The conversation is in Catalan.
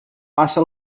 passa